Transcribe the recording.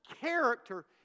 character